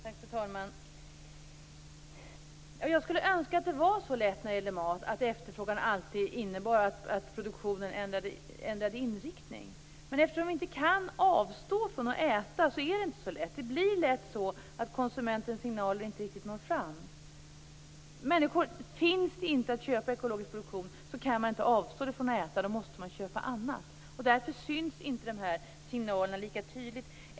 Fru talman! Jag skulle önska att det när det gäller mat var så lätt att efterfrågan alltid innebar att produktionen ändrade inriktning. Men eftersom vi inte kan avstå från att äta är det inte så enkelt. Det blir lätt så att konsumentens signaler inte riktigt når fram. Om det inte finns att köpa ekologiskt producerade varor kan man ju inte avstå från att äta, utan då måste man köpa någonting annat. Därför syns inte de här signalerna lika tydligt.